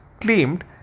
claimed